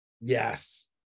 Yes